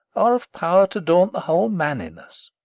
are of power to daunt whole man in us.